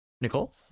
Nicole